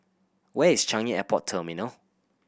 where is Changi Airport Terminal